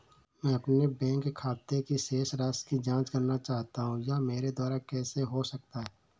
मैं अपने बैंक खाते की शेष राशि की जाँच करना चाहता हूँ यह मेरे द्वारा कैसे हो सकता है?